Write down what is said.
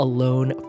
Alone